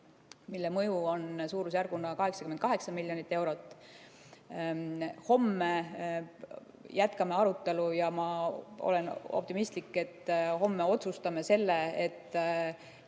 mille mõju on suurusjärgus 88 miljonit eurot. Homme jätkame arutelu ja ma olen optimistlik, et homme otsustame selle, et